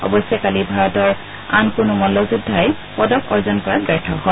অৱশ্যে কালি ভাৰতৰ আন কোনো মল্লযোদ্ধাই পদক অৰ্জন কৰাত ব্যৰ্থ হয়